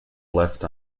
left